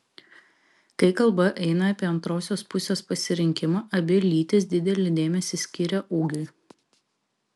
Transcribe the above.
kai kalba eina apie antrosios pusės pasirinkimą abi lytys didelį dėmesį skiria ūgiui